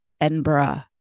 Edinburgh